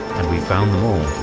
and we found them all.